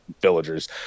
villagers